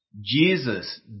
Jesus